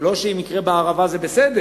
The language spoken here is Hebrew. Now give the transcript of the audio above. לא שאם יקרה דבר כזה בערבה זה בסדר,